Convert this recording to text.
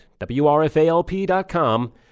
WRFALP.com